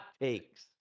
takes